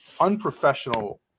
unprofessional